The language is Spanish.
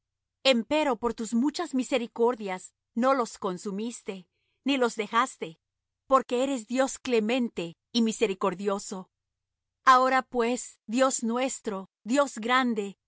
tierra empero por tus muchas misericordias no los consumiste ni los dejaste porque eres dios clemente y misericordioso ahora pues dios nuestro dios grande